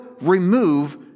remove